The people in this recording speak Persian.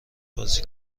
بازی